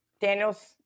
Daniels